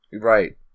Right